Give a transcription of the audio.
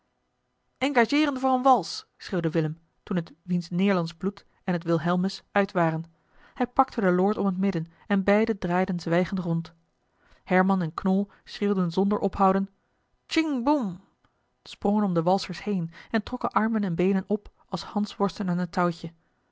engageeren voor een wals schreeuwde willem toen het wien neerlandsch bloed en het wilhelmus uit waren hij pakte den eli heimans willem roda lord om het midden en beiden draaiden zwijgend rond herman en knol schreeuwden zonder ophouden tchieng boem sprongen om de walsers heen en trokken armen en beenen op als hansworsten aan een touwtje